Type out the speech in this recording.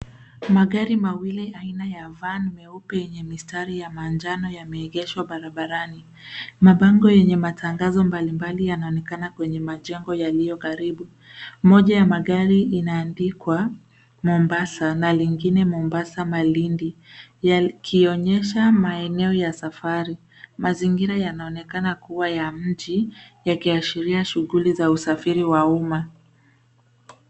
Magari mawili aina ya van meupe yenye mistari ya manjano yameegeshwa barabarani. Mabango yenye matangazo mbalimbali yanaonekana kwenye majengo yaliyo karibu. Moja ya magari inaandikwa Mombasa na lingine Mombasa Malindi, yakionyesha maeneo ya safari. Mazingira yanaonekana kuwa ya mji yakiashiria shughuli za usafiri wa umma.